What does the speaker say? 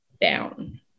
down